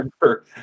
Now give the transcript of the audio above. remember